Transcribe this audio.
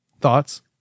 Thoughts